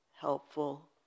helpful